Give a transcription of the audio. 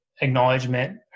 acknowledgement